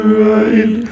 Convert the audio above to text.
right